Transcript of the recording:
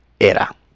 era